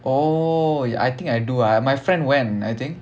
oh I think I do ah my friend went I think